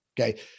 Okay